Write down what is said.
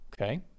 okay